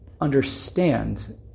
understand